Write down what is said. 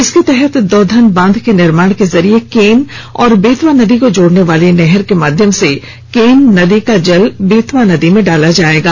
इसके तहत दौधन बांध के निर्माण के जरिये केन और बेतवा नदी को जोडने वाली नहर के माध्यम से केन नदी का जल बेतवा नदी में डाला जाएगा